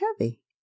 heavy